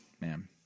Man